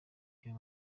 iyo